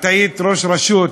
את היית ראש רשות